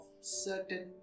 certain